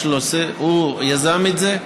הוא יזם את זה.